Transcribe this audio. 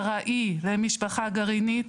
ארעי למשפחה גרעינית,